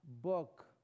book